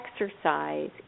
exercise